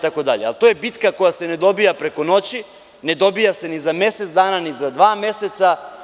To je bitka koja se ne dobija preko noći, ne dobija se ni za mesec dana ni za dva meseca.